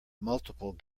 multiple